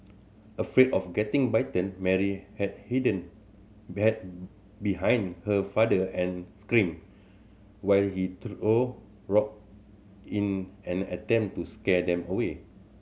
afraid of getting bitten Mary had hidden behind behind her father and screamed while he threw rock in an attempt to scare them away